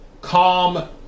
Calm